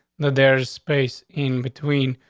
that there's space in between.